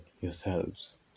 yourselves